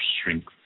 strength